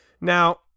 Now